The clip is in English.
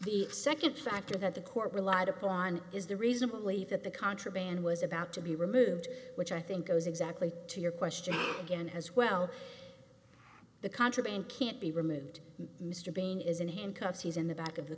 the second factor that the court relied upon is the reason believe that the contraband was about to be removed which i think goes exactly to your question again as well the contraband can't be removed mr bean is in handcuffs he's in the back of the